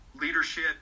leadership